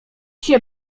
się